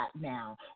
now